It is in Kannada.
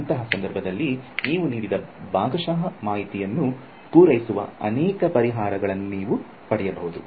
ಅಂತಹ ಸಂದರ್ಭದಲ್ಲಿ ನೀವು ನೀಡಿದ ಭಾಗಶಃ ಮಾಹಿತಿಯನ್ನು ಪೂರೈಸುವ ಅನೇಕ ಪರಿಹಾರಗಳನ್ನು ನೀವು ಪಡೆಯಬಹುದು